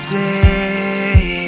day